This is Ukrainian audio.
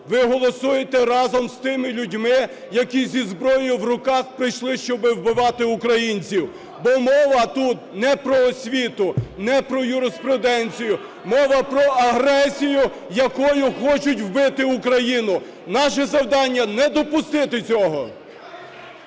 ви голосуєте разом з тими людьми, які зі зброєю в руках прийшли, щоби вбивати українців. Бо мова тут не про освіту, не про юриспруденцію, мова про агресію, якою хочуть вбити Україну. Наше завдання – не допустити цього!